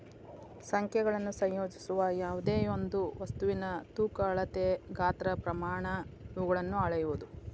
ಸಂಖ್ಯೆಗಳನ್ನು ಸಂಯೋಜಿಸುವ ಯಾವ್ದೆಯೊಂದು ವಸ್ತುವಿನ ತೂಕ ಅಳತೆ ಗಾತ್ರ ಪ್ರಮಾಣ ಇವುಗಳನ್ನು ಅಳೆಯುವುದು